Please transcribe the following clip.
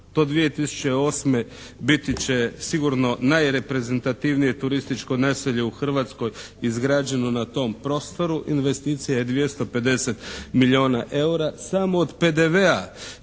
do 2008. biti će sigurno najreprezentativnije turističko naselje u Hrvatskoj izgrađeno na tom prostoru, investicija je 250 milijuna eura. Samo od PDV-a